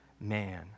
man